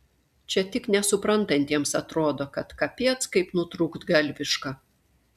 čia tik nesuprantantiems atrodo kad kapiec kaip nutrūktgalviška